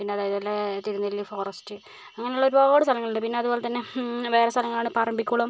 പിന്നെ അതായത് തിരുനെല്ലി ഫോറസ്റ്റ് അങ്ങനെയുള്ള ഒരുപാട് സ്ഥലങ്ങളുണ്ട് പിന്നെ അതുപോലെ തന്നെ വേറെ സ്ഥലങ്ങളാണ് പറമ്പിക്കുളം